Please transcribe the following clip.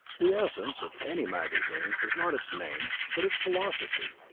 the essence of any magazine is not its name, but its philosophy,